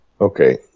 Okay